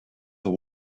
the